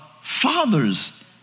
Father's